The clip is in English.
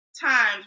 times